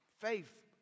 faith